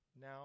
Now